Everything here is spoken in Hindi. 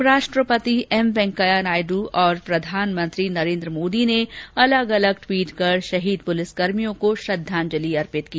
उप राष्ट्रपति एम वेंकैया नायडू और प्रधानमंत्री नरेन्द्र मोदी ने अलग अलग ट्वीट कर शहीद पुलिस कर्मियों को श्रद्वांजलि अर्पित की